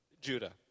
Judah